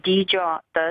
dydžio ta